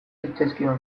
zitzaizkion